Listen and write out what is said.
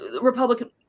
Republican